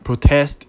protest